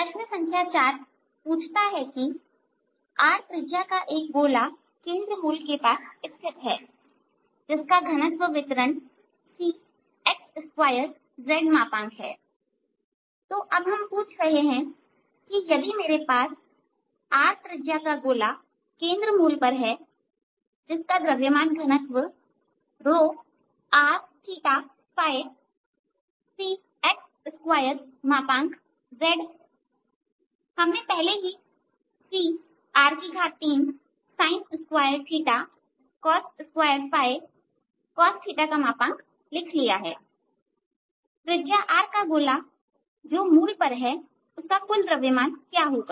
प्रश्न संख्या 4 पूछता है कि r त्रिज्या का एक गोला केंद्र मूल के पास स्थित है जिस का घनत्व वितरण Cx2zहै तो अब हम पूछ रहे हैं कि यदि मेरे पास r त्रिज्या का गोला केंद्र मूल पर है जिसका द्रव्यमान घनत्व r Cx2zहमने पहले ही Cr3sin2cos2 cosθलिख लिया है त्रिज्या R का गोला जो मूल पर है उसका कुल द्रव्यमान क्या होगा